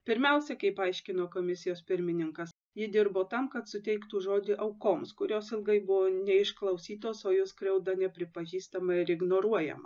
pirmiausia kaip aiškino komisijos pirmininkas ji dirbo tam kad suteiktų žodį aukoms kurios ilgai buvo neišklausytos o jų skriauda nepripažįstama ir ignoruojama